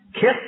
Kiss